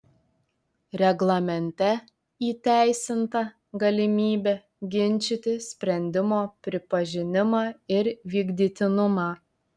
reglamente įteisinta galimybė ginčyti sprendimo pripažinimą ir vykdytinumą